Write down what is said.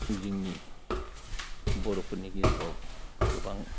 बि जोंनि बर'फोरनि गेजेराव गोबां